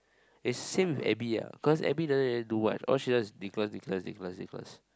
eh same with Abby ah cause Abby doesn't really do much all she does is